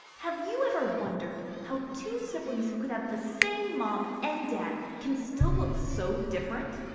have you ever wondered how two siblings who could have the same mom and dad can still look so different?